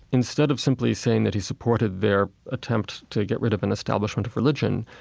instead of simply saying that he supported their attempt to get rid of an establishment of religion,